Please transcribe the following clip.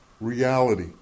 reality